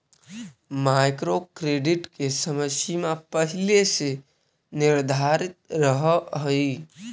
micro credit के समय सीमा पहिले से निर्धारित रहऽ हई